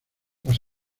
las